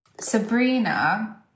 Sabrina